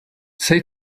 say